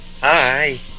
Hi